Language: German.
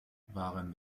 während